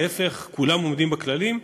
להפך, כולם עומדים בכללים,